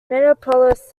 minneapolis